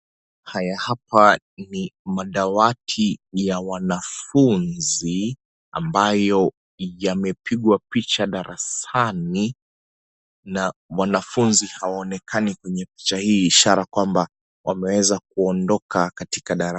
Haya hapa ni madawati ya wanafunzi ambayo yamepigwa picha ,darasani na mwanafunzi haonekani kwenye picha hii ishara kwamba wameweza kuondoka katika darasa.